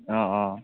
অঁ অঁ